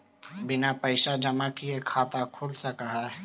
बिना पैसा जमा किए खाता खुल सक है?